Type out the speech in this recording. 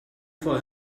for